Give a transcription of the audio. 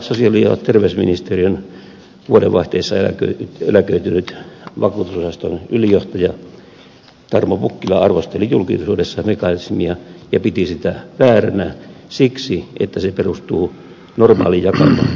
muun muassa sosiaali ja terveysministeriön vuodenvaihteessa eläköitynyt vakuutusosaston ylijohtaja tarmo pukkila arvosteli julkisuudessa mekanismia ja piti sitä vääränä siksi että se perustuu normaalijakauman olettamuksiin